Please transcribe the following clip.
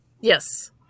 Yes